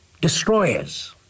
destroyers